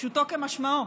פשוטו כמשמעו,